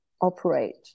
operate